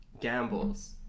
gambles